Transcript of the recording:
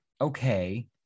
okay